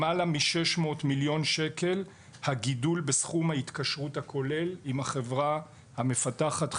למעלה מ-600 מיליון שקל הגידול בסכום ההתקשרות הכולל עם החברה המפתחת,